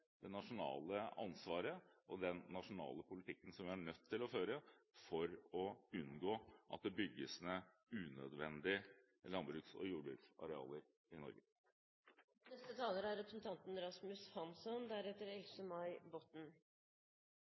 det nasjonale ansvaret og den nasjonale politikken som vi er nødt til å føre for å unngå at det bygges ned landbruks- og jordbruksarealer unødvendig i Norge.